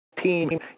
team